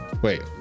Wait